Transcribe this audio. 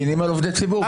מגנים על עובדי ציבור.